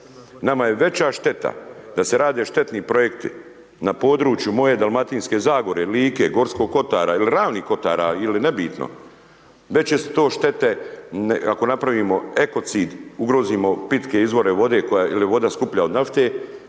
Nama je veća šteta da se rade štetni projekti na području moje Dalmatinske zagore, Like, Gorskog kotar ili Ravnih kotara ili nebitno, veće su to štete ako napravimo ekocid, ugrozimo pitke izvore vode jer je voda skuplja od nafte,